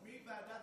פ/1299/25,